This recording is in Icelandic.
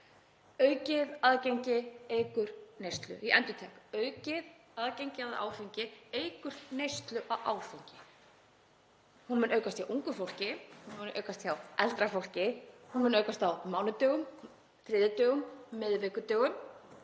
Aukið aðgengi eykur neyslu. Ég endurtek: Aukið aðgengi að áfengi eykur neyslu á áfengi. Hún mun aukast hjá ungu fólki, hún mun aukast hjá eldra fólki, hún mun aukast á mánudögum, þriðjudögum, miðvikudögum.